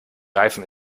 reifen